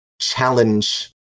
challenge